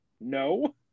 No